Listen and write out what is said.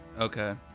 Okay